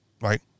Right